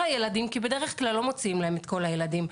הילדים כי בדרך כלל לא מוציאים להם את כל הילדים.